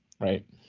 Right